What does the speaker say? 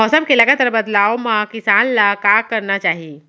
मौसम के लगातार बदलाव मा किसान ला का करना चाही?